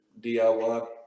DIY